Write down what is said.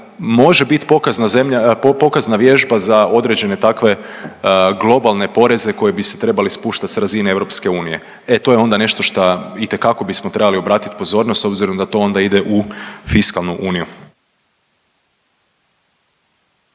zemlja, pokazna vježba za određene takve globalne poreze koji bi se trebali spuštat s razine EU. E, to je onda nešto šta itekako bismo trebali obratit pozornost s obzirom da to onda ide u fiskalnu uniju.